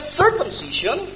circumcision